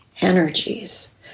Energies